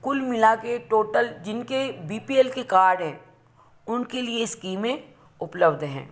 कुल मिला के टोटल जिनके बी पी एल के कार्ड हैं उनके लिए ये स्कीमें उपलब्ध हैं